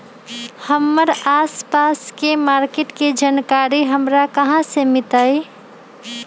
हमर आसपास के मार्किट के जानकारी हमरा कहाँ से मिताई?